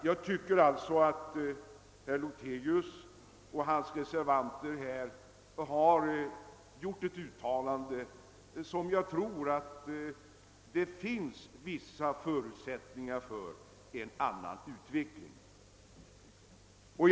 Jag tror med hänsyn till detta att det finns vissa förutsättningar för en annan utveckling än vad som antyds av det uttalande som gjorts av herr Lothigius och hans medreservanter.